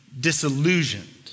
disillusioned